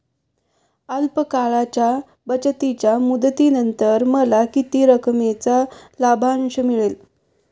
अल्प काळाच्या बचतीच्या मुदतीनंतर मला किती रकमेचा लाभांश मिळेल?